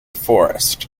forest